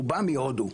רובם מהודו,